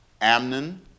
Amnon